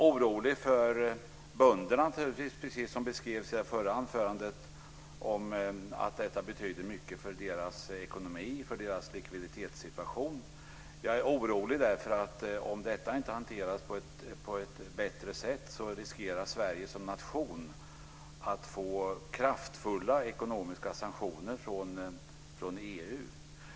Jag är naturligtvis orolig för bönderna, precis som det beskrevs i det förra anförandet. Detta betyder ju mycket för deras ekonomi och för deras likviditetssituation. Jag är orolig därför att om inte detta hanteras på ett bättre sätt så riskerar Sverige som nation att få kraftfulla ekonomiska sanktioner från EU.